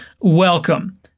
welcome